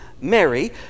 Mary